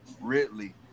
Ridley